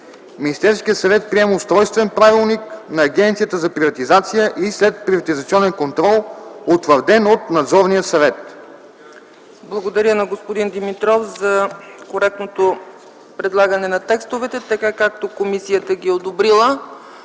Министерският съвет приема устройствен правилник на Агенцията за приватизация и следприватизационен контрол, утвърден от надзорния съвет.” ПРЕДСЕДАТЕЛ ЦЕЦКА ЦАЧЕВА: Благодаря на господин Димитров за коректното предлагане на текстовете, така както комисията ги е одобрила